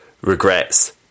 regrets